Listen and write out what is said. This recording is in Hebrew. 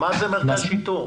זה מרכז שיטור?